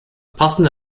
passende